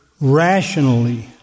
rationally